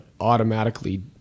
automatically